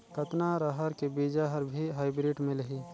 कतना रहर के बीजा हर भी हाईब्रिड मिलही?